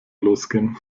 losgehen